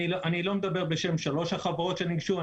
אני לא מדבר בשם שלושת החברות שניגשו.